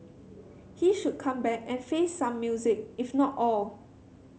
he should come back and face some music if not all